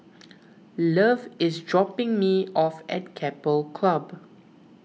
love is dropping me off at Keppel Club